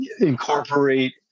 incorporate